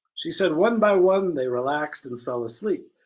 she said, one by one they relaxed and fell asleep.